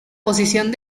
posición